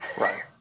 right